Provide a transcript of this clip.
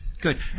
Good